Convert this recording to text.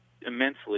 immensely